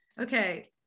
okay